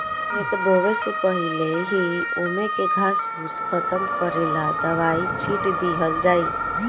खेत बोवे से पहिले ही ओमे के घास फूस खतम करेला दवाई छिट दिहल जाइ